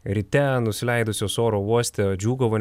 ryte nusileidusios oro uoste džiūgavo